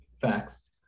facts